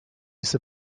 use